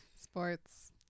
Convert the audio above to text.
sports